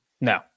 No